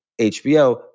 HBO